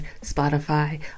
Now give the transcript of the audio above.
Spotify